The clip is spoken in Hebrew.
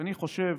כשאני חושב,